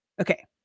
Okay